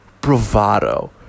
bravado